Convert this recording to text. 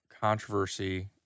controversy